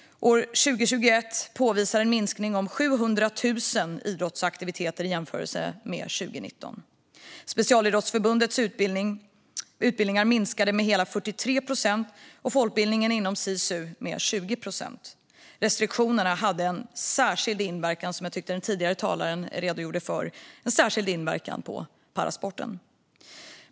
År 2021 påvisas en minskning om 700 000 idrottsaktiviteter i jämförelse med 2019. Specialidrottsförbundens utbildningar minskade med hela 43 procent och folkbildningen inom Sisu med 20 procent. Restriktionerna hade en särskild inverkan på parasporten, vilket jag tycker att den tidigare talaren redogjorde väl för.